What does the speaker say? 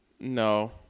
No